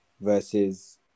Versus